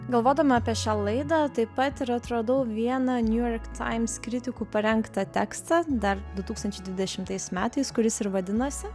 galvodama apie šią laidą taip pat ir atradau vieną new york times kritikų parengtą tekstą dar du tūkstančiai dvidešimtais metais kuris ir vadinosi